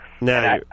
No